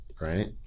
right